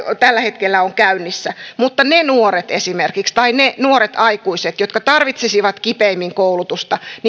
tällä hetkellä on käynnissä mutta esimerkiksi ne nuoret tai ne nuoret aikuiset jotka tarvitsisivat kipeimmin koulutusta